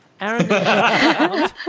Aaron